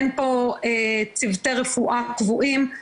אין פה צוותי רפואה קבועים,